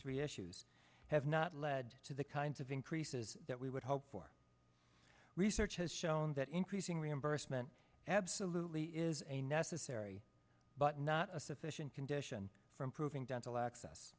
three issues have not led to the kinds of increases that we would hope for research has shown that increasing reimbursement absolutely is a necessary but not a sufficient condition for improving dental access